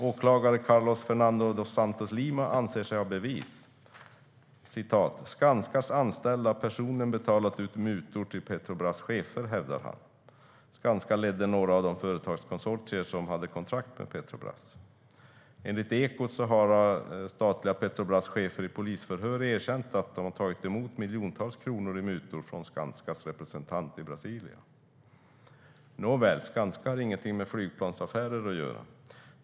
Åklagare Carlos Fernando dos Santos Lima anser sig ha bevis: "Skanskas anställda har personligen betalat ut mutor till Petrobras chefer", hävdar han. Skanska ledde några av de företagskonsortier som hade kontrakt med Petrobras. Enligt Ekot har en av det statliga Petrobras chefer i polisförhör erkänt att han har tagit emot miljontals kronor i mutor från Skanskas representant i Brasilien. Nåväl, Skanska har ingenting med flygplansaffärer att göra.